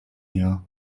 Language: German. jahr